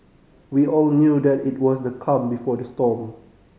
we all knew that it was the calm before the storm